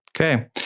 Okay